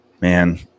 Man